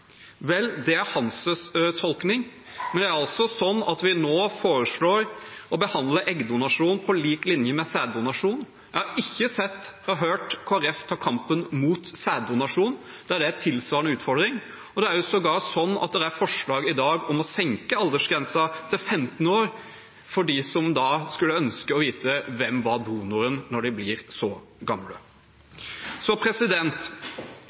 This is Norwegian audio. er altså sånn at vi nå foreslår å behandle eggdonasjon på lik linje med sæddonasjon. Jeg har ikke sett eller hørt Kristelig Folkeparti ta kampen mot sæddonasjon, der det er tilsvarende utfordring. Det er sågar sånn at det er forslag i dag om å senke aldersgrensen til 15 år for dem som skulle ønske å vite hvem som var donoren, når de blir så gamle. Så